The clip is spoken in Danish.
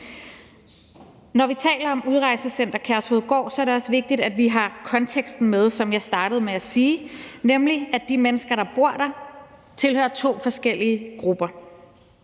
Når vi taler om Udrejsecenter Kærshovedgård, er det også vigtigt, at vi har konteksten med, hvilket jeg startede med at sige, nemlig at de mennesker, der bor der, tilhører to forskellige grupper.